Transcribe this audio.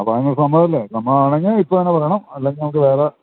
അപ്പോൾ അതിന് സമ്മതമല്ലേ സമ്മതമാണെങ്കിൽ ഇപ്പം തന്നെ പറയണം അല്ലെങ്കിൽ നമുക്ക് വേറെ